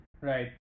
Right